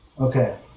Okay